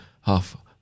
half